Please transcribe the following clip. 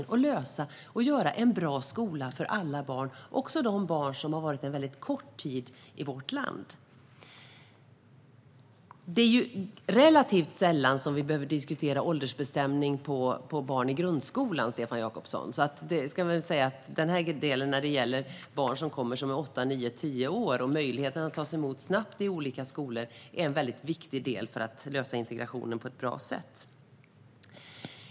Vi vill lösa detta och skapa en bra skola för alla barn - också de som varit i vårt land en väldigt kort tid. Det är relativt sällan vi behöver diskutera åldersbestämning på barn i grundskolan, Stefan Jakobsson. Det ska väl sägas att detta gäller barn som kommer och är åtta, nio eller tio år. Möjligheten för dem att tas emot snabbt i olika skolor är en väldigt viktig del för att lösa integrationen på ett bra sätt.